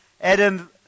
Adam